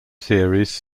theories